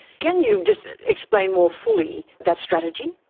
can you just explain more fully that strategy?